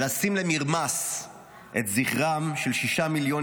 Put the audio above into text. ולשים למרמס את זכרם של שישה מיליון